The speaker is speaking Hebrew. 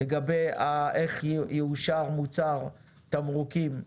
לגבי השאלה איך יאושר מוצר תמרוקים,